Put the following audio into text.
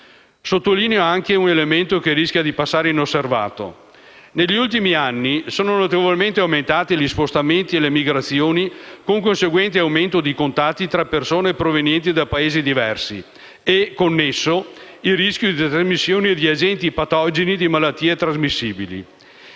Sottolineo anche un elemento che rischia di passare inosservato: negli ultimi anni sono notevolmente aumentati gli spostamenti e le migrazioni con conseguente aumento di contatti tra persone provenienti da Paesi diversi e connesso rischio di trasmissione di agenti patogeni di malattie trasmissibili.